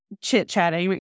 chit-chatting